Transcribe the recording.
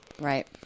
Right